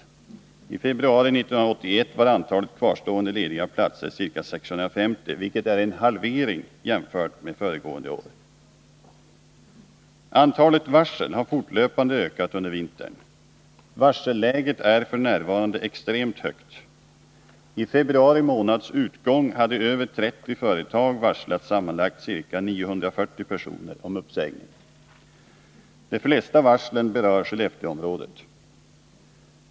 Den 1 februari 1981 var antalet kvarstående lediga platser ca 650, vilket är en halvering jämfört med föregående år. Antalet varsel har fortlöpande ökat under vintern. Varselläget är f. n. extremt högt. Vid februari månads utgång hade över 30 företag varslat sammanlagt ca 940 personer om uppsägning. De flesta varslen berör Skellefteåområdet.